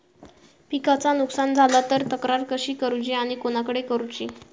पिकाचा नुकसान झाला तर तक्रार कशी करूची आणि कोणाकडे करुची?